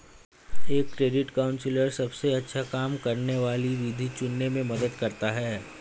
एक credit counsellor सबसे अच्छा काम करने वाली विधि चुनने में मदद करता है